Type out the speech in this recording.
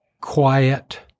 quiet